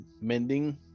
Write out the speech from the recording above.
mending